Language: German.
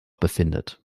befindet